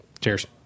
cheers